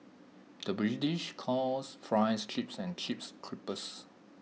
the British calls Fries Chips and Chips Crisps